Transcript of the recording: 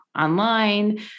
online